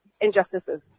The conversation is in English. injustices